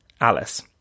Alice